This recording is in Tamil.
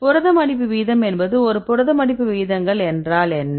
புரத மடிப்பு வீதம் ஒரு புரத மடிப்பு விகிதங்கள் என்றால் என்ன